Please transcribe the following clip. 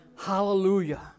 Hallelujah